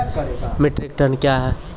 Metric tonne कया हैं?